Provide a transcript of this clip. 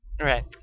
Right